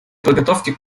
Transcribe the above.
подготовки